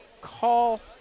call